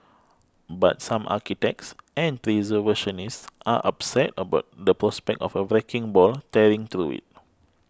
but some architects and preservationists are upset about the prospect of a wrecking ball tearing through it